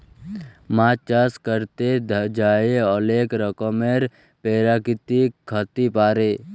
মাছ চাষ ক্যরতে যাঁয়ে অলেক রকমের পেরাকিতিক ক্ষতি পারে